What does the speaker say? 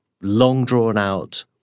long-drawn-out